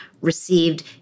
received